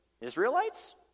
Israelites